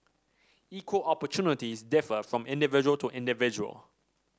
equal opportunities differ from individual to individual